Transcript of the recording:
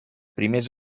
primers